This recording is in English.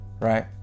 right